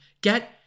Get